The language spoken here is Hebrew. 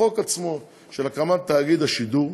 בחוק עצמו, של הקמת תאגיד השידור,